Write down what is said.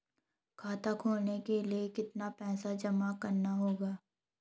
खाता खोलने के लिये कितना पैसा जमा करना होगा?